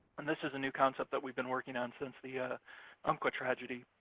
and this is a new concept that we've been working on since the ah umpqua tragedy,